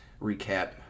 recap